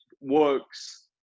works